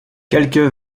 quelque